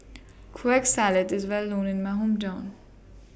Kueh Salat IS Well known in My Hometown